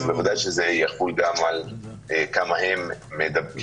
אז בוודאי שזה יחול גם על כמה הם מידבקים.